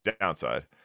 downside